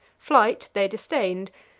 flight they disdained,